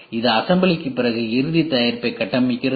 அது அசம்பிளிக்குப் பிறகு இறுதி தயாரிப்பைக் கட்டமைக்கிறது